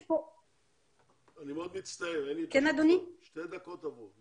אני מאוד מצטער, עברו שתי הדקות.